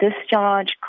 discharge